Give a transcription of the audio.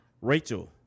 Rachel